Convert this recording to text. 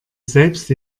selbst